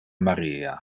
maria